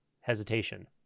hesitation